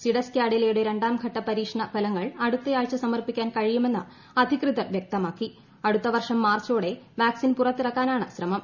സിഡസ് കാഡില്യുടെ രണ്ടാം ഘട്ട പരീക്ഷണ ഫലങ്ങൾ അടുത്ത ആഴ്ച് സമർപ്പിക്കാൻ കഴിയുമെന്ന് അധികൃതർ വ്യക്തമാക്കീ് അടുത്ത വർഷം മാർച്ചോടെ വാക്സിൻ പുറത്തിറക്കാനാണ് ശ്രമം